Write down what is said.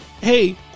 Hey